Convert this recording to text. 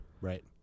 Right